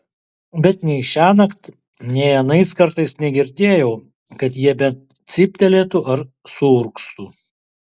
bet nei šiąnakt nei anais kartais negirdėjau kad jie bent cyptelėtų ar suurgztų